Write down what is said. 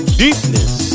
deepness